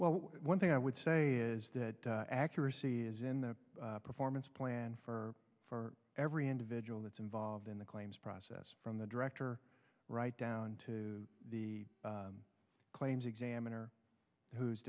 well one thing i would say is that accuracy is in the performance plan for for every individual that's involved in the claims process from the director right down to the claims examiner who's